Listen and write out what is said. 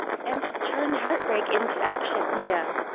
and to turn heartbreak into action yeah,